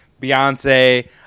Beyonce